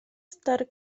estar